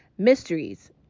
mysteries